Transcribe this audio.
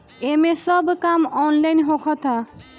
एमे सब काम ऑनलाइन होखता